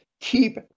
keep